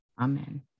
Amen